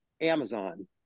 Amazon